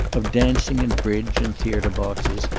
of dancing and bridge and theater boxes,